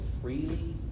freely